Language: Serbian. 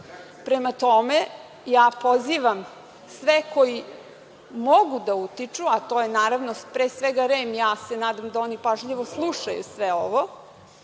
tome, ja pozivam sve koji mogu da utiču, a to je, naravno, pre svega REM, ja se nadam da oni pažljivo slušaju sve ovo,